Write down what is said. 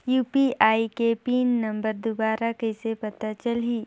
UPI के pin number दुबारा कइसे पता चलही?